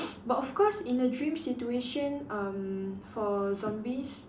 but of course in the dream situation um for zombies